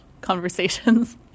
conversations